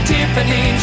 Tiffany